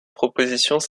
propositions